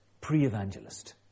pre-evangelist